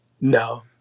no